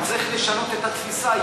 אבל צריך לשנות את התפיסה,